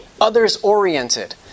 others-oriented